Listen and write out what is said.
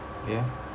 ya